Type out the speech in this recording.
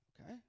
Okay